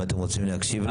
אם אתם רוצים להקשיב לו.